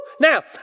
Now